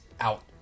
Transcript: out